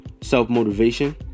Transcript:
self-motivation